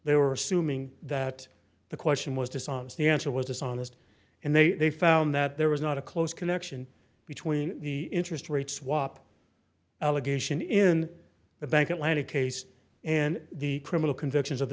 they were assuming that the question was dishonest the answer was dishonest and they found that there was not a close connection between the interest rate swap allegation in the bank atlanta case and the criminal convictions of the